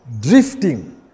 Drifting